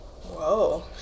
Whoa